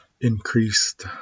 increased